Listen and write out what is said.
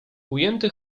ujęty